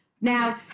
Now